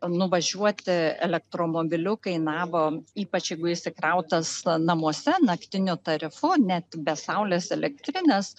nuvažiuoti elektromobiliu kainavo ypač jeigu jis įkrautas namuose naktiniu tarifu net be saulės elektrinės